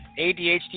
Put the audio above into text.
ADHD